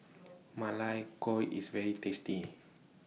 Ma Lai Gao IS very tasty